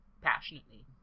passionately